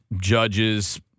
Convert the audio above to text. judges